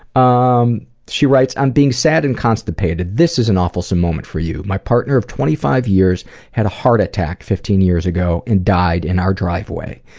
um she writes on being sad and constipated, this is an awfulsome moment for you. my partner of twenty five years had a heart attack fifteen years ago and died in our driveway.